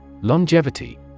Longevity